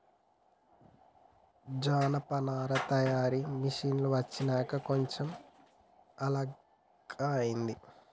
జనపనార తయారీ మిషిన్లు వచ్చినంక కొంచెం అల్కగా అయితాంది